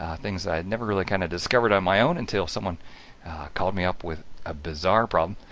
um things i'd never really kind of discovered on my own until someone called me up with a bizarre problem.